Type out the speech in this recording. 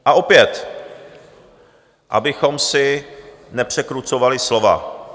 A opět, abychom si nepřekrucovali slova.